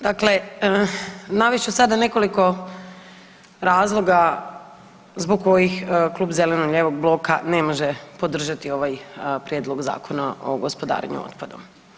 Dakle, navest ću sada nekoliko razloga zbog kojih Klub zastupnika zeleno-lijevog bloka ne može podržati ovaj prijedlog Zakona o gospodarenju otpadom.